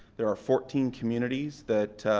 there are fourteen communities that